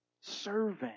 serving